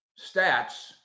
stats